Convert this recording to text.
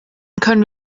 können